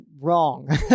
wrong